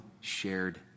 shared